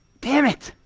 damn it!